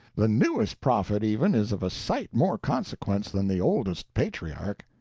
the newest prophet, even, is of a sight more consequence than the oldest patriarch.